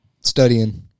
Studying